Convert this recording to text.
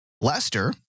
Lester